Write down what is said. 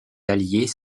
alliés